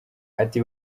ati